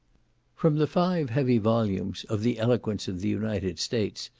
from the five heavy volumes of the eloquence of the united states,